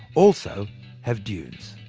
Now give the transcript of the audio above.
also have dunes.